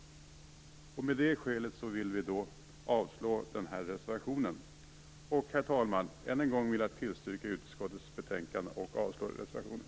Med det skälet vill vi avslå reservationen. Herr talman! Än en gång vill jag tillstyrka utskottets förslag och avstyrka reservationen.